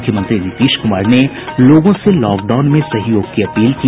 मुख्यमंत्री नीतीश कुमार ने लोगों से लॉक डाउन में सहयोग की अपील की